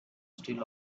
still